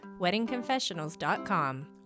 WeddingConfessionals.com